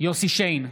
יוסף שיין,